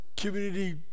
community